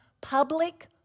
public